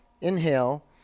Inhale